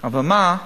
אבל מה?